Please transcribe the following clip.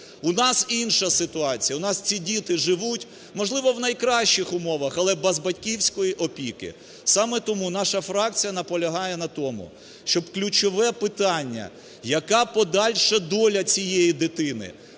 У нас інша ситуація, у нас ці діти живуть, можливо, в найкращих умовах, але без батьківської опіки. Саме тому наша фракція наполягає на тому, щоб ключове питання, яка подальша доля цієї дитини?